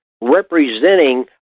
Representing